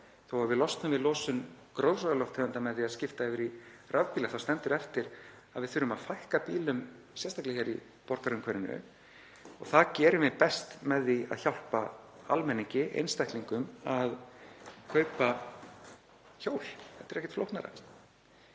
Þó að við losnum við losun gróðurhúsalofttegunda með því að skipta yfir í rafbíla stendur eftir að við þurfum að fækka bílum, sérstaklega í borgarumhverfinu, og það gerum við best með því að hjálpa almenningi, einstaklingum, að kaupa hjól. Þetta er ekkert flóknara,